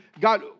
God